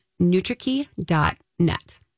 NutriKey.net